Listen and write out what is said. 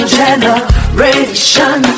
generation